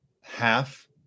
half